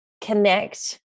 connect